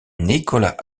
nicholas